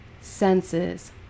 senses